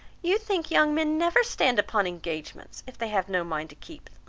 you think young men never stand upon engagements, if they have no mind to keep